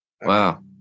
Wow